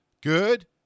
Good